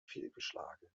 fehlgeschlagen